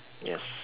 yes